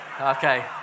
Okay